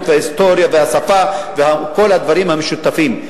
וההיסטוריה והשפה וכל הדברים המשותפים.